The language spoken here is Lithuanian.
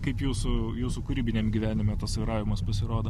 kaip jūsų jūsų kūrybiniam gyvenim tas vairavimas pasirodo